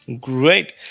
Great